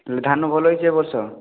ହେଲେ ଧାନ ଭଲ ହେଇଛି ଏବର୍ଷ